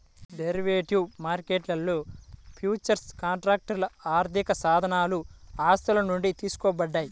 derivative మార్కెట్లో futures కాంట్రాక్ట్లు ఆర్థికసాధనాలు ఆస్తుల నుండి తీసుకోబడ్డాయి